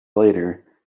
later